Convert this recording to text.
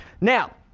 Now